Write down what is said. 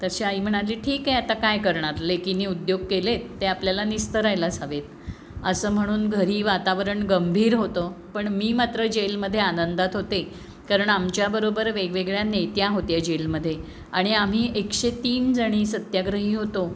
तशी आई म्हणाली ठीक आहे आता काय करणार लेकीने उद्योग केलेत ते आपल्याला निस्तरायलाच हवेत असं म्हणून घरी वातावरण गंभीर होतं पण मी मात्र जेलमध्ये आनंदात होते कारण आमच्याबरोबर वेगवेगळ्या नेत्या होत्या जेलमध्ये आणि आम्ही एकशे तीन जणी सत्याग्रही होतो